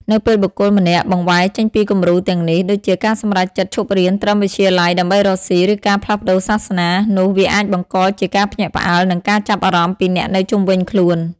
នៅពេលបុគ្គលម្នាក់ បង្វែរចេញពីគំរូទាំងនេះ ដូចជាការសម្រេចចិត្តឈប់រៀនត្រឹមវិទ្យាល័យដើម្បីរកស៊ី, ឬការផ្លាស់ប្តូរសាសនា នោះវាអាចបង្កជាការភ្ញាក់ផ្អើល និងការចាប់អារម្មណ៍ពីអ្នកនៅជុំវិញខ្លួន។